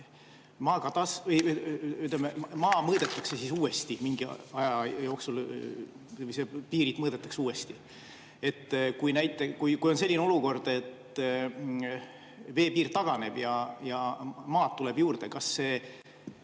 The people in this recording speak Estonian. maa mõõdetakse siis uuesti mingi aja jooksul, piirid mõõdetakse uuesti. Kui on näiteks selline olukord, et veepiir taganeb ja maad tuleb juurde, siis kas see